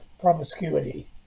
promiscuity